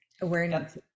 awareness